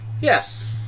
Yes